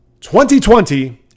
2020